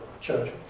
church